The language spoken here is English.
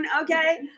Okay